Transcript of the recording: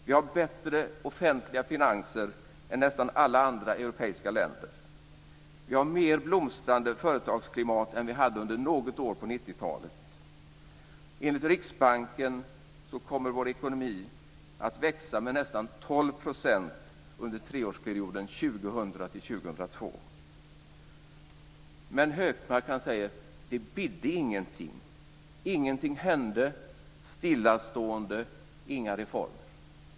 Vi har bättre offentliga finanser än nästan alla andra europeiska länder. Vi har mer blomstrande företagsklimat än vi hade under något år på 90-talet. Enligt Riksbanken kommer vår ekonomi att växa med nästan 12 % under treårsperioden 2000 till 2002. Men Hökmark säger: Det bidde ingenting. Ingenting hände, det var stillastående och inga reformer.